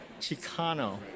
chicano